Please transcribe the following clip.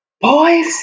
boys